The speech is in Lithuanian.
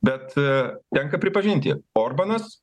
bet aa tenka pripažinti orbanas